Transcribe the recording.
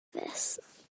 this